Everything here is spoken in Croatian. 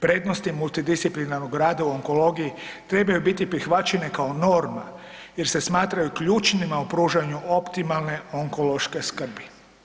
Prednosti multidisciplinarnog rada u onkologiji trebaju biti prihvaćene kao norma jer se smatraju ključnima u pružanju optimalne onkološke skrbi.